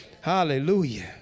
Hallelujah